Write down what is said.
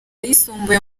ayisumbuye